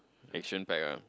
action packed ah